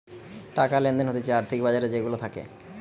টাকা লেনদেন হতিছে আর্থিক বাজার যে গুলা থাকে